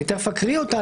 אני תיכף אקרא אותה.